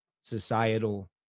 societal